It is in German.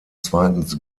zweitens